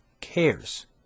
cares